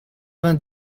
vingt